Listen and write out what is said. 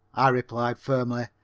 i replied firmly,